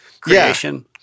creation